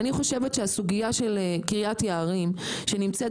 אני חושבת שהסוגייה של קרית יערים שנמצאת